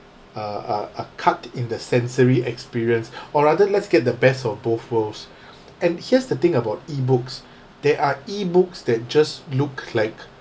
a a a cut in the sensory experience or rather let's get the best of both worlds and here's the thing about e-books there are e-books that just look like